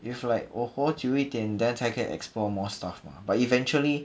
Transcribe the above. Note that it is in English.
if like 我活久一点 then 才可以 explore more stuff mah but eventually